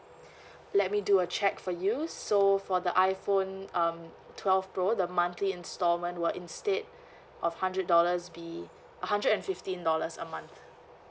let me do a check for you so for the iphone um twelve pro the monthly instalment were instead of hundred dollars be a hundred and fifteen dollars a month